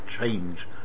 change